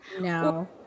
No